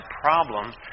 problems